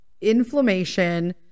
inflammation